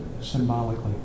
symbolically